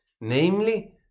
namely